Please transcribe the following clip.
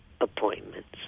appointments